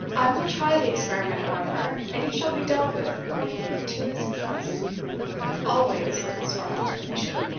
i will try the experiment, however, and you shall be dealt with according to its success always with sir arthur's permission.